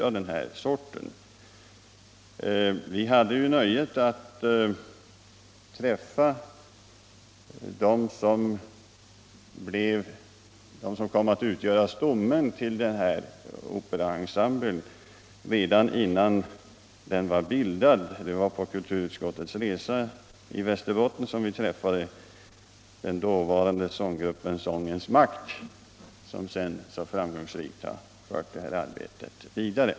Redan innan Norrlandsoperan var bildad hade vi nöjet att träffa dem som sedan kom att utgöra stommen i operaensemblen. Det var under kulturutskottets resa i Västerbotten som vi träffade den dåvarande sånggruppen Sångens makt, vilken sedan så framgångsrikt har fört arbetet vidare.